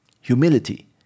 humility